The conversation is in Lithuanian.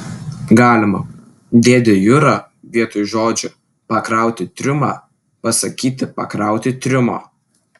galima dėde jura vietoj žodžių pakrauti triumą pasakyti pakrauti triumo